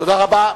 תודה רבה.